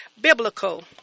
Biblical